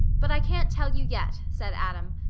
but i can't tell you yet, said adam.